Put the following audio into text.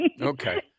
okay